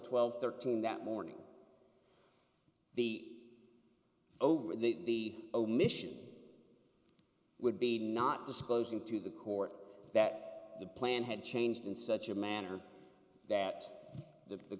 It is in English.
twelve thirteen that morning the over the omission would be not disclosing to the core that the plan had changed in such a manner that the the